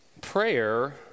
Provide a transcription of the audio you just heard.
Prayer